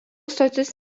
stotis